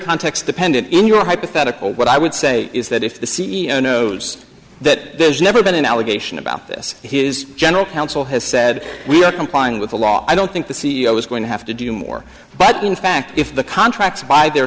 context dependent in your hypothetical what i would say is that if the c e o knows that there's never been an allegation about this his general counsel has said we are complying with the law i don't think the c e o is going to have to do more but in fact if the contracts by their